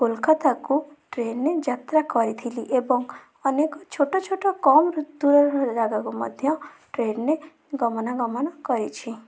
କୋଲକତାକୁ ଟ୍ରେନରେ ଯାତ୍ରା କରିଥିଲି ଏବଂ ଅନେକ ଛୋଟ ଛୋଟ କମ ଦୂରରୁ ଜାଗାକୁ ମଧ୍ୟ ଟ୍ରେନରେ ଗମନା ଗମନ କରିଛି